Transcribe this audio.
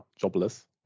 jobless